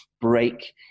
break